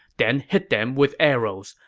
then hit them with arrows.